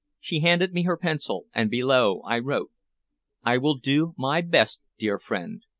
she handed me her pencil and below i wrote i will do my best, dear friend.